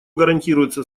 гарантируется